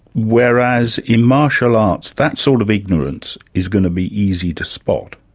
whereas, in martial arts that sort of ignorance is going to be easy to spot.